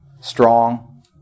Strong